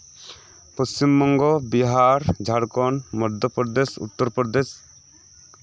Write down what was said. Paschimbanga Bihar Jharkhand Madhya Pradesh Uttar Pradesh